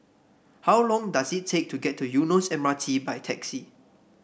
how long does it take to get to Eunos M R T by taxi